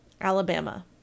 Alabama